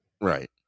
Right